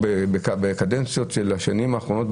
בקדנציות של השנים האחרונות,